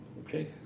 Okay